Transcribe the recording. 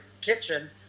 kitchen